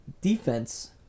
Defense